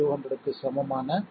5 200 க்கு சமமான 2